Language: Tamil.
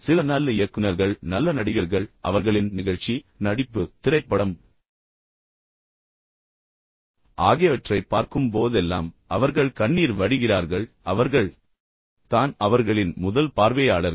சில நல்ல இயக்குநர்கள் நல்ல நடிகர்கள் அவர்களின் நிகழ்ச்சி நடிப்பு திரைப்படம் ஆகியவற்றை பார்க்கும் போதெல்லாம் அவர்கள் கண்ணீர் வடிகிறார்கள் பின்னர் அவர்கள் தான் அவர்களின் முதல் பார்வையாளர்கள்